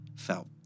Felt